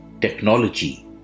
technology